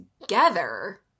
together